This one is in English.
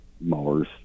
mowers